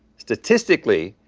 statistically,